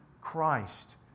Christ